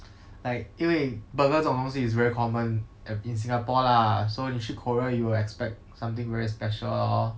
like 因为 burgers 这种东西 is very common at in singapore lah so 你去 korea you would expect something very special lor